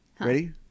ready